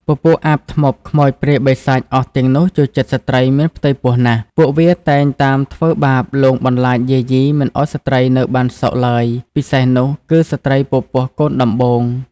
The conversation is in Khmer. ពពូកអាប ធ្មប់ ខ្មោច ព្រាយបិសាចអស់ទាំងនោះចូលចិត្តស្ត្រីមានផ្ទៃពោះណាស់ ពួកវាតែងតាមធ្វើបាបលងបន្លាចយាយីមិនឲ្យស្ត្រីនៅបានសុខឡើយពិសេសនោះគឺស្រ្តីពពោះកូនដំបូង